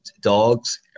dogs